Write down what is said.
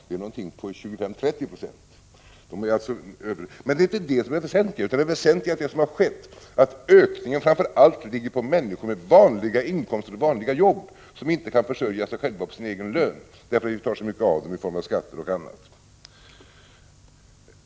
Det är någonting på 25-30 Jo. Men det är inte detta som är det väsentliga, utan det väsentliga är vad som har skett, nämligen att ökningen framför allt ligger på människor med vanliga inkomster och vanliga jobb som inte kan försörja sig själva på sin egen lön, därför att de betalar så mycket avgifter i form av skatter och annat.